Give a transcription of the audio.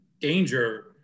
danger